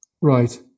Right